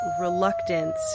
reluctance